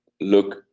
look